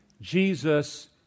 Jesus